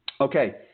Okay